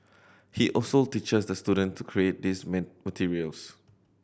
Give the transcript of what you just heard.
he also teaches the student to create these materials